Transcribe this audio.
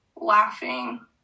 laughing